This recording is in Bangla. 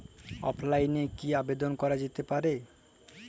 অফলাইনে কি আবেদন করা যেতে পারে?